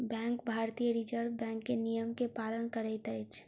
bank भारतीय reserve bank के नियम के पालन करैत अछि